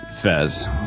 Fez